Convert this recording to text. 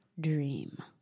dream